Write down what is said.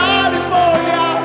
California